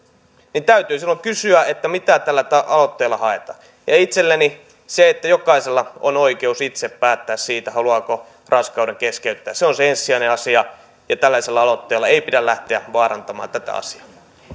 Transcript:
ja täytyy silloin kysyä mitä tällä aloitteella haetaan itselleni se että jokaisella on oikeus itse päättää siitä haluaako raskauden keskeyttää on se ensisijainen asia tällaisella aloitteella ei pidä lähteä vaarantamaan tätä asiaa